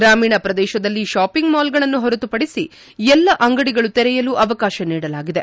ಗ್ರಾಮೀಣ ಪ್ರದೇಶದಲ್ಲಿ ಶಾಪಿಂಗ್ ಮಾಲ್ಗಳನ್ನು ಹೊರತುಪದಿಸಿ ಎಲ್ಲಾ ಅಂಗಡಿಗಳು ತೆರೆಯಲು ಅವಕಾಶ ನೀಡಲಾಗಿದೆ